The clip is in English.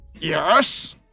Yes